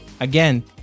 Again